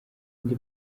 andi